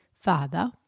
father